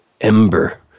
ember